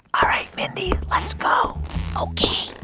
all right, mindy, let's go ok.